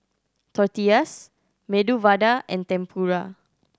Tortillas Medu Vada and Tempura